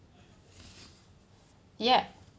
ya